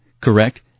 correct